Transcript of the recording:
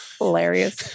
hilarious